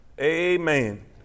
Amen